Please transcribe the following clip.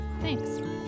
Thanks